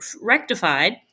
rectified